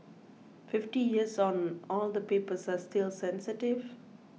fifty years on all the papers are still sensitive